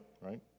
right